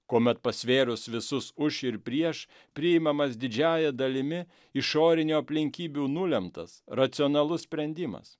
kuomet pasvėrus visus už ir prieš priimamas didžiąja dalimi išorinių aplinkybių nulemtas racionalus sprendimas